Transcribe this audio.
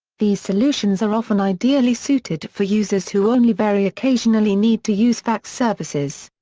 these solutions are often ideally suited for users who only very occasionally need to use fax services.